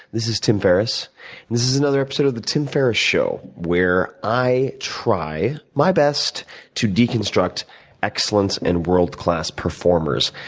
this is tim ferriss, and this is another episode of the tim ferriss show where i try my best to deconstruct excellence in world class performers.